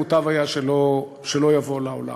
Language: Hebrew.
מוטב היה שלא יבוא לעולם,